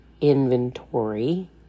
inventory